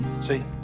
See